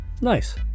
Nice